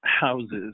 houses